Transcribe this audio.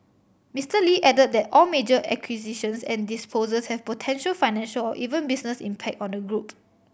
Mister Lee added that all major acquisitions and disposals have potential financial or even business impact on the group